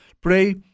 pray